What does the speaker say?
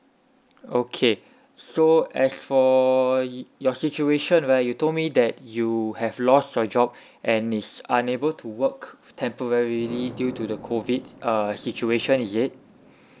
okay so as for your situation right you told me that you have lost your job and is unable to work temporarily due to the COVID uh situation is it